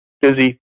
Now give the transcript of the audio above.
busy